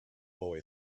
boy